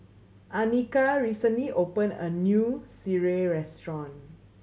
Anika recently opened a new sireh restaurant